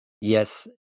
Yes